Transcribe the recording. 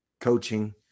coaching